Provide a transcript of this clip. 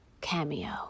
cameo